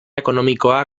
ekonomikoa